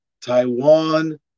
Taiwan